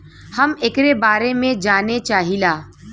हम एकरे बारे मे जाने चाहीला?